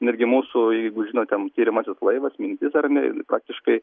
netgi mūsų jeigu žinot ten tiriamasis laivas mintis ar ne praktiškai